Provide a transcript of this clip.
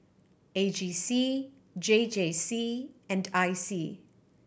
A G C J J C and I C